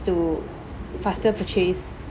to faster purchase